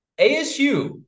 ASU